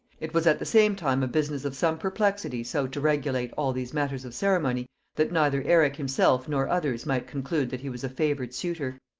it was at the same time a business of some perplexity so to regulate all these matters of ceremony that neither eric himself nor others might conclude that he was a favored suitor.